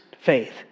faith